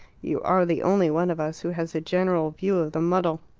you are the only one of us who has a general view of the muddle.